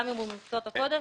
גם אם הוא ממקצועות הקודש,